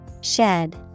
Shed